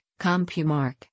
CompuMark